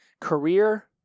career